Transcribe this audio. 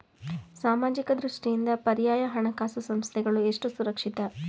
ಸಾಮಾಜಿಕ ದೃಷ್ಟಿಯಿಂದ ಪರ್ಯಾಯ ಹಣಕಾಸು ಸಂಸ್ಥೆಗಳು ಎಷ್ಟು ಸುರಕ್ಷಿತ?